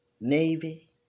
Navy